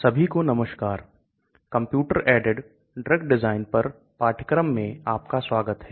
सभी को नमस्कार कंप्यूटर ऐडेड ड्रग डिजाइन के पाठ्यक्रम में आपका स्वागत है